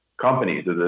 companies